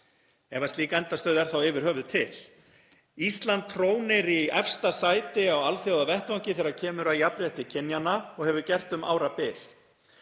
ef slík endastöð er þá yfir höfuð til. Ísland trónir í efsta sæti á alþjóðavettvangi þegar kemur að jafnrétti kynjanna og hefur gert um árabil.